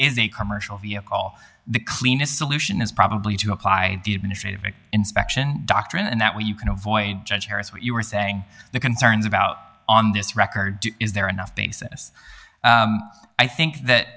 a commercial vehicle the cleanest solution is probably to apply the administrative inspection doctrine and that way you can avoid judge harris what you were saying the concerns about on this record is there enough basis i think that